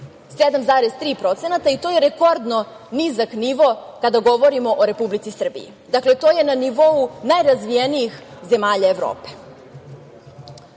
7,3% i to je rekordno nizak nivo kada govorimo o Republici Srbiji, dakle, to je na nivou najrazvijenijih zemalja Evrope. Mi